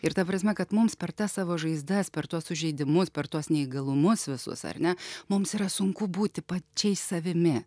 ir ta prasme kad mums per tas savo žaizdas per tuos sužeidimus per tuos neįgalumus visus ar ne mums yra sunku būti pačiais savimi